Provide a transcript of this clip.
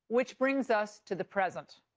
which brings us to the present.